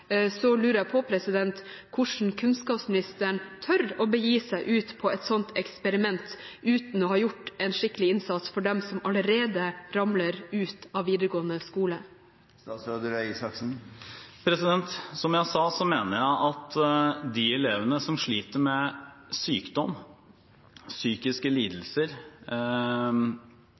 lurer jeg på hvordan kunnskapsministeren tør å begi seg ut på et sånt eksperiment uten å ha gjort en skikkelig innsats for dem som allerede ramler ut av videregående skole. Som jeg sa, mener jeg at de elevene som sliter med sykdom, psykiske lidelser